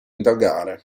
indagare